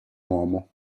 uomo